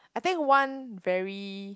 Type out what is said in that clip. I think one very